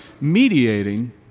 mediating